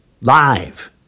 Live